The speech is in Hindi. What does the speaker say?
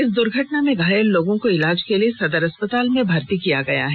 इस दुर्घटना में घायल लोगों को इलाज के लिए सदर अस्पताल में भर्ती किया गया है